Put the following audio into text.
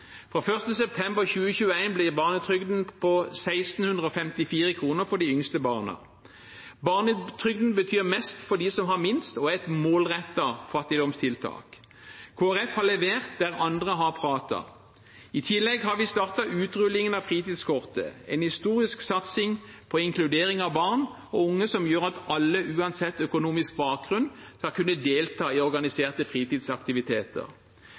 Fra 1. september 2021 blir barnetrygden på 1 654 kr for de yngste barna. Barnetrygden betyr mest for dem som har minst, og er et målrettet fattigdomstiltak. Kristelig Folkeparti har levert der andre har pratet. I tillegg har vi startet utrullingen av fritidskortet. Det er en historisk satsing på inkludering av barn og unge og gjør at alle, uansett økonomisk bakgrunn, skal kunne delta i organiserte fritidsaktiviteter.